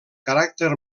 caràcter